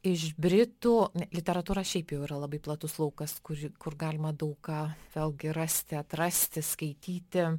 iš britų literatūra šiaip jau yra labai platus laukas kurį kur galima daug ką vėlgi rasti atrasti skaityti